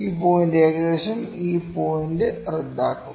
ഈ പോയിന്റ് ഏകദേശം ഈ പോയിന്റ് റദ്ദാക്കും